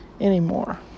anymore